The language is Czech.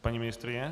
Paní ministryně?